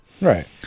right